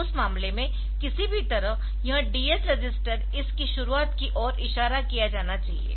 तो उस मामले में किसी भी तरह यह DS रजिस्टर इस की शुरुआत की ओर इशारा किया जाना चाहिए